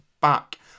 back